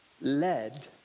led